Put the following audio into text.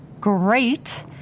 great